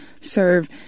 serve